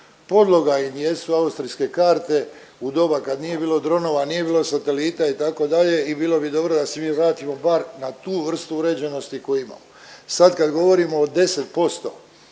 ne razumije./… austrijske karte u doba kad nije bilo dronova, nije bilo satelita itd. i bilo bi dobro da se mi vratimo bar na tu vrstu uređenosti koje imamo. Sad kad govorimo o 10%